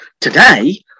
Today